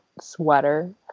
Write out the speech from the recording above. sweater